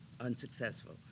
unsuccessful